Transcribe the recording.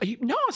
No